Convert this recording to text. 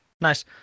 nice